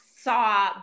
saw